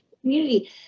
community